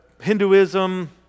Hinduism